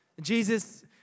Jesus